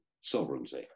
sovereignty